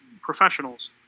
professionals